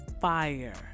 fire